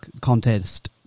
contest